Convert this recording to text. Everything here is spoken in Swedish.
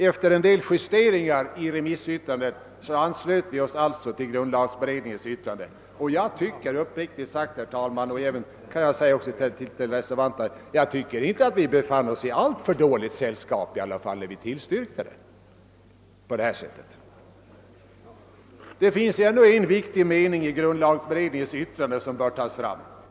Efter vissa justeringar i remissyttrandet anslöt vi oss alltså till grundlagberedningens yttrande, och jag tycker herr talman — det kan jag säga även till reservanterna — att vi inte befann oss i alltför dåligt sällskap. Det finns ytterligare en viktig mening i grundlagberedningens yttrande som bör framhållas.